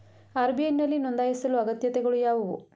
RBI ನಲ್ಲಿ ನೊಂದಾಯಿಸಲು ಅಗತ್ಯತೆಗಳು ಯಾವುವು?